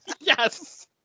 Yes